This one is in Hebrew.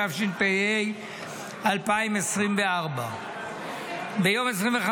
התשפ"ה 2024. ביום 25